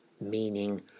meaning